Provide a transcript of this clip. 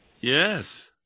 Yes